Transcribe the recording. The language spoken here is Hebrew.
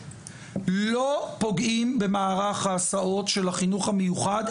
לא פוגעים במערך ההסעות של החינוך המיוחד,